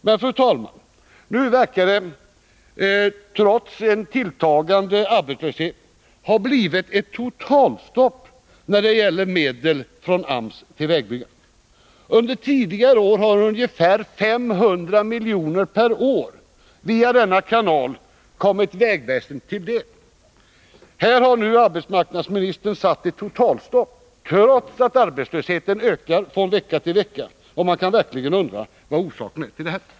Men, fru talman, nu verkar det trots en tilltagande arbetslöshet ha blivit ett totalstopp när det gäller medel från AMS till vägbyggandet. Under tidigare Besparingar i år har ca 500 miljoner per år kommit vägväsendet till del via denna kanal. Här statsverksamheten, har nu arbetsmarknadsministern som sagt satt totalstopp, trots att arbets =» m. lösheten ökar från vecka till vecka. Man kan verkligen undra vad som är orsaken till det.